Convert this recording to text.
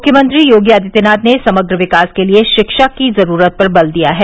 मुख्यमंत्री योगी आदित्यनाथ ने समग्र विकास के लिये शिक्षा की जरूरत पर बल दिया है